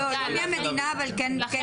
לא מהמדינה, אבל כן עירוני.